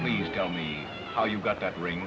please tell me how you got that ring